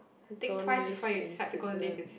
don't live in Switzerland